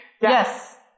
Yes